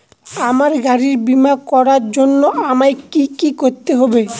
আমার গাড়ির বীমা করার জন্য আমায় কি কী করতে হবে?